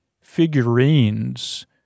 figurines